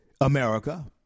America